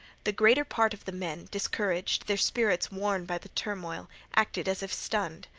the greater part of the men, discouraged, their spirits worn by the turmoil, acted as if stunned.